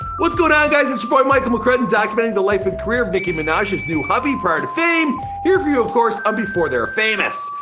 what's going on guys? it's your boy michael mccrudden documenting the life and career of nicki minaj's new hubby prior to fame here for you of course on before they were famous.